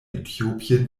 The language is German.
äthiopien